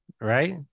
right